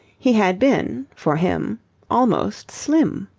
he had been for him almost slim.